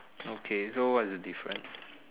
okay so what is the difference